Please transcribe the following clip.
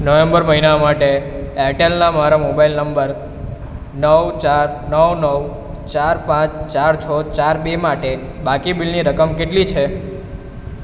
November મહિના માટે એરટેલના મારા મોબાઈલ નંબર નવ ચાર નવ નવ ચાર પાંચ ચાર છ ચાર બે માટે બાકી બિલની રકમ કેટલી છે